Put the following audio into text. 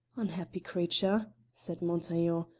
unhappy creature! said montaiglon,